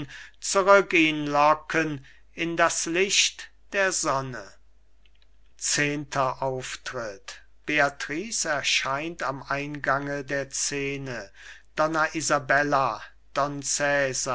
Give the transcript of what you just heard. zurück ihn locken in das licht der sonne letzter auftritt beatrice erscheint am eingang der scene donna isabella don